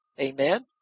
Amen